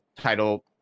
title